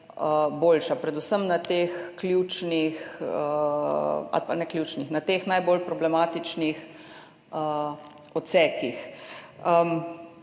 boljša. Predvsem na teh najbolj problematičnih odsekih.